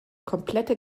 komplette